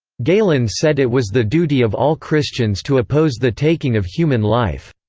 galen said it was the duty of all christians to oppose the taking of human life.